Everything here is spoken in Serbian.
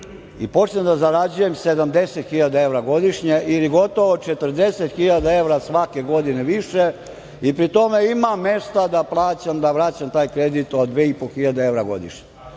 i počnem da zarađujem 70.000 evra godišnje ili gotovo 40.000 evra svake godine više i pri tome imam mesta da plaćam, da vraćam taj kredit od 2.500 evra godišnje. Da